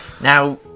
Now